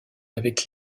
avec